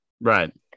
right